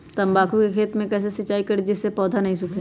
तम्बाकू के खेत मे कैसे सिंचाई करें जिस से पौधा नहीं सूखे?